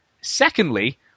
Secondly